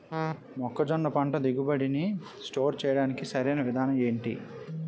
మొక్కజొన్న పంట దిగుబడి నీ స్టోర్ చేయడానికి సరియైన విధానం ఎంటి?